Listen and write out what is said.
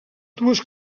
dues